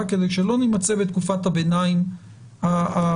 כדי שלא נימצא בתקופת הביניים הבעייתית.